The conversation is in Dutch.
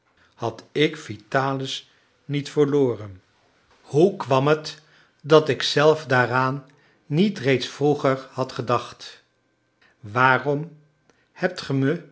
had ik vitalis niet verloren hoe kwam het dat ik zelf daaraan niet reeds vroeger had gedacht waarom hebt